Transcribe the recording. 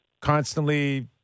constantly